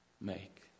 make